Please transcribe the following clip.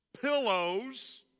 pillows